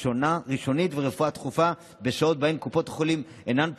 ראשונית ורפואה דחופה בשעות שבהן קופות חולים אינן פועלות,